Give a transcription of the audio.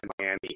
Miami